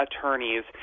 attorneys